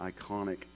iconic